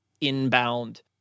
inbound